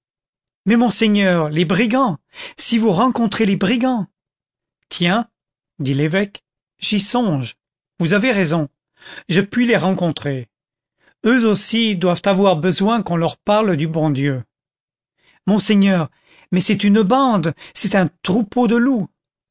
mais monseigneur les brigands si vous rencontrez les brigands tiens dit l'évêque j'y songe vous avez raison je puis les rencontrer eux aussi doivent avoir besoin qu'on leur parle du bon dieu monseigneur mais c'est une bande c'est un troupeau de loups